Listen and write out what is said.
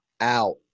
Out